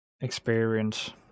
Experience